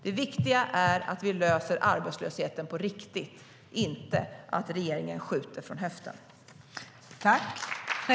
Det viktiga är att vi löser arbetslöshetsproblemet på riktigt, inte att regeringen skjuter från höften.